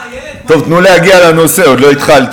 מה, איילת, טוב, תנו להגיע לנושא, עוד לא התחלתי.